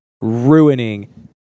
ruining